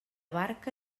barca